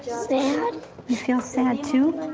sad you feel sad too?